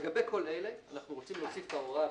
לגבי כל אלה אנחנו רוצים להוסיף את ההוראה,